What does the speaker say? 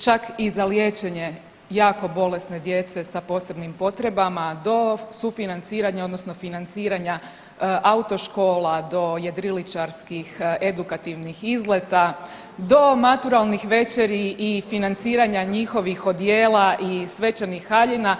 čak i za liječenje jako bolesne djece sa posebnim potrebama do sufinanciranja odnosno financiranja autoškola, do jedriličarski edukativnih izleta do maturalnih večeri i financiranja njihovih odijela i svečanih haljina.